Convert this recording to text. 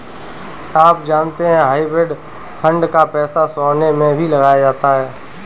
आप जानते है हाइब्रिड फंड का पैसा सोना में भी लगाया जाता है?